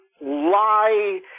lie